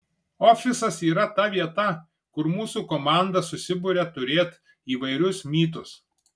ofisas yra ta vieta kur mūsų komanda susiburia turėt įvairius mytus